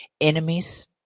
enemies